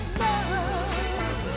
love